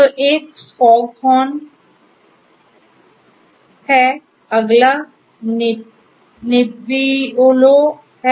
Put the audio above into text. तो एक fog horn है